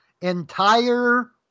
entire